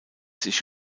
sich